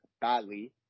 badly